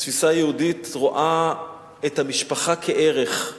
תפיסה יהודית רואה את המשפחה כערך,